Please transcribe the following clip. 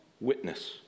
Witness